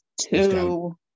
Two